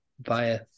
via